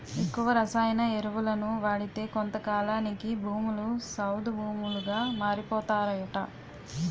ఎక్కువ రసాయన ఎరువులను వాడితే కొంతకాలానికి భూములు సౌడు భూములుగా మారిపోతాయట